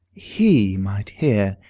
he might hear.